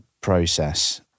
process